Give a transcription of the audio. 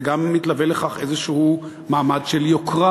גם מתלווה לכך איזה מעמד של יוקרה: